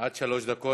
עד שלוש דקות.